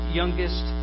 youngest